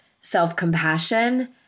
self-compassion